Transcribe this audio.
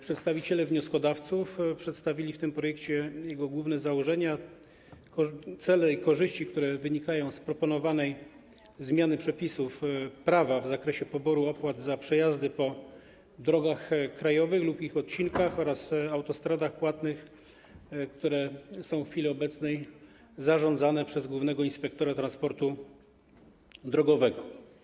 Przedstawiciele wnioskodawców przedstawili w tym projekcie jego główne założenia, cele i korzyści, które wynikają z proponowanej zmiany przepisów prawa w zakresie poboru opłat za przejazdy drogami krajowymi lub ich odcinkami oraz autostradami płatnymi, które są w chwili obecnej zarządzane przez głównego inspektora transportu drogowego.